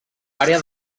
àrea